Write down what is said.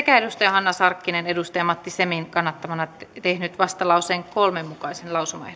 hanna sarkkinen on matti semin kannattamana tehnyt vastalauseen kolmen mukaisen